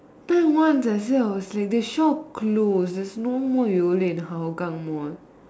then once that see the shop close close there's no more Yole in Hougang Mall